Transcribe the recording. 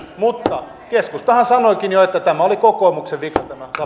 mutta keskustahan sanoikin jo että tämä savonlinnasta lakkauttaminen oli kokoomuksen vika